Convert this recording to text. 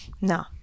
no